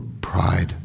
pride